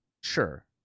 Sure